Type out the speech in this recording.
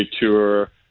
Tour